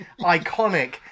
iconic